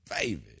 Baby